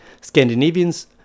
Scandinavians